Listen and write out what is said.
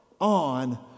on